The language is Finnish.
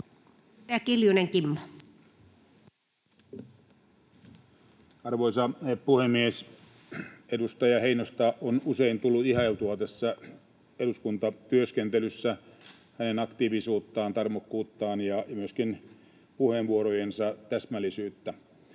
Arvoisa puhemies! Edustaja Heinosta on usein tullut ihailtua tässä eduskuntatyöskentelyssä, hänen aktiivisuuttaan, tarmokkuuttaan ja myöskin puheenvuorojensa täsmällisyyttä.